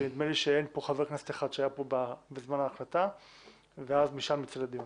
כי נדמה לי שאין פה חבר כנסת אחד שהיה פה בזמן ההחלטה ואז משם נצא לדרך.